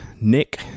Nick